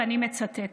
ואני מצטטת.